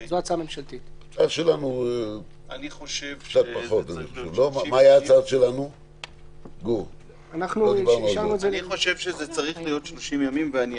אני חושב שזה צריך להיות 30 ימים ואני אנמק.